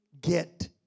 get